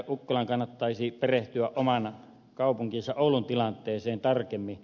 ukkolan kannattaisi perehtyä oman kaupunkinsa oulun tilanteeseen tarkemmin